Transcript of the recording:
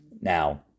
Now